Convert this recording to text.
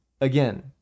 again